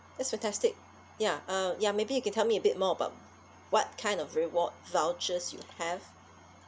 that's fantastic ya uh ya maybe you can tell me a bit more about what kind of reward vouchers you have